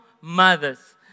mothers